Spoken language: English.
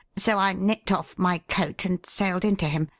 so i nipped off my coat and sailed into him.